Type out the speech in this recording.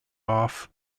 off